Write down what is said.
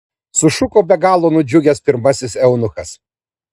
sušuko be galo nudžiugęs pirmasis eunuchas